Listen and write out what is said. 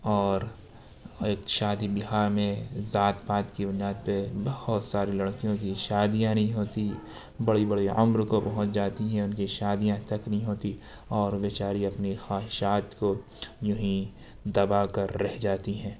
اور ایک شادی بیاہ میں ذات پات کی بنیاد پہ بہت ساری لڑکیوں کی شادیاں نہیں ہوتی بڑی بڑی عمر کو پہنچ جاتی ہیں ان کی شادیاں تک نہیں ہوتیں اور بیچاری اپنی خواہشات کو یونہی دبا کر رہ جاتی ہیں